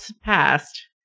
passed